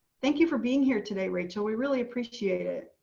thank you for being here today rachael. we really appreciate it.